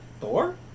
Thor